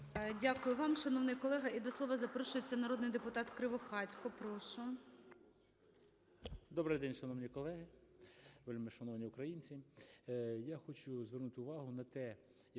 Дякую вам, шановний колега. І до слова запрошується народний депутат Кривохатько. Прошу. 13:42:31 КРИВОХАТЬКО В.В. Добрий день, шановні колеги, вельмишановні українці! Я хочу звернути увагу на те,